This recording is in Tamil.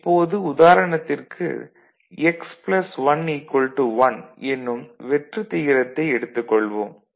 இப்போது உதாரணத்திற்கு x ப்ளஸ் 1 1 எனும் வெற்று தியரத்தை எடுத்துக் கொள்வோம்